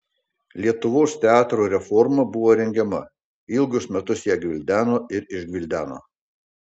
lietuvos teatro reforma buvo rengiama ilgus metus ją gvildeno ir išgvildeno